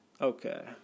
Okay